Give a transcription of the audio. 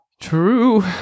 True